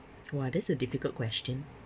!wah! that's a difficult question